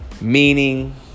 meaning